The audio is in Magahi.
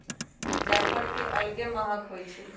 जाफर के अलगे महकइ छइ